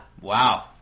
Wow